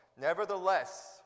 Nevertheless